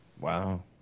Wow